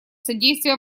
содействия